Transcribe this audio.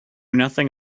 nothing